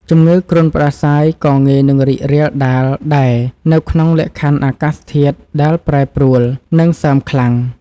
ជំងឺគ្រុនផ្តាសាយក៏ងាយនឹងរីករាលដាលដែរនៅក្នុងលក្ខខណ្ឌអាកាសធាតុដែលប្រែប្រួល និងសើមខ្លាំង។